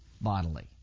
bodily